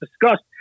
discussed